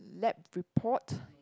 lab report